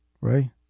right